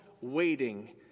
waiting